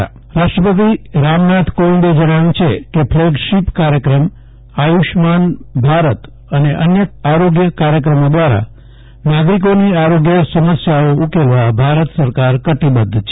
જયદિપ વૈષ્ણવ રાષ્ટ્રપતિ વર્ધા રાષ્ટ્રપતિ રામનાથ કોવિંદે જણાવ્યું છે કે ફલેગશીપ કાર્યક્રમ આયુષમાન ભારત અને અન્ય આરોગ્ય કાર્યક્રમો દ્વારા નાગરિકોની આરોગ્ય સમસ્યાઓ ઉકેલવા ભારત સરકાર કટિબધ્ધ છે